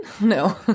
No